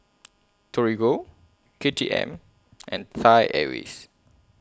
Torigo K T M and Thai Airways